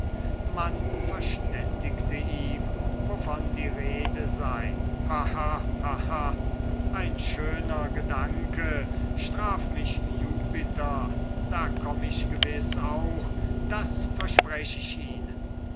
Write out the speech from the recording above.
man verständigte ihn wovon die rede sei ha ha ha ha ein schöner gedanke straf mich jupiter da komm ich gewiß auch das versprech ich ihnen